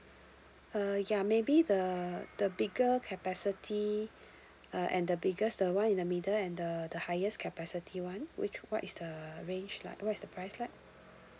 uh ya maybe the the bigger capacity uh and the biggest the one in the middle and the the highest capacity [one] which what is the range lah what's the price that